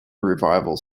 revival